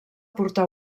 portar